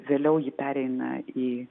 vėliau ji pereina į